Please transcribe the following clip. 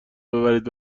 ببرید